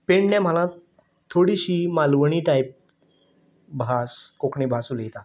पेडणे म्हालांत थोडीशी मालवणी टायप भास कोंकणी भास उलयतात